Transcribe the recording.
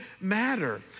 matter